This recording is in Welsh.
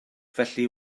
felly